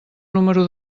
número